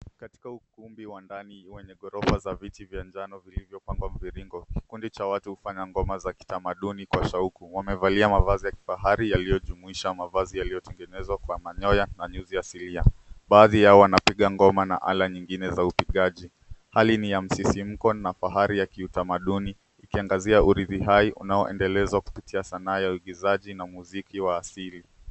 Katika ukumbi wa ndani wenye ghorofa za viti vya njano vilivyopangwa mviringo. Kikundi cha watu hufanya ngoma za kitamaduni kwa shauku wamevalia mavazi ya kifahari yaliyojumuisha mavazi yaliyotengenezwa kwa manyoya na nyuzi asilia. Baadhi yao wanapiga ngoma na ala nyingine za upigaji. Hali ni ya msisimko na fahari ya kiutamaduni tukiangazia urithi hai unaoendelezwa kupitia sanaa ya uigizaji na muziki wa asili.